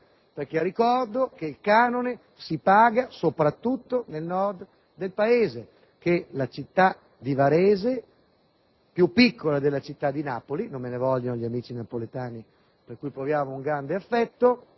perché ricordo che il canone si paga soprattutto nel Nord del Paese. La città di Varese, più piccola di Napoli (non me ne vogliano gli amici napoletani, per i quali proviamo un grande affetto),